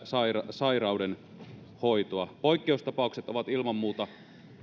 sairauden hoitoa poikkeustapaukset ovat ilman muuta